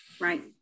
Right